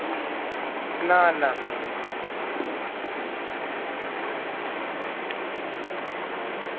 ना ना